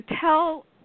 tell